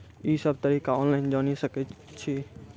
ई सब तरीका ऑनलाइन जानि सकैत छी?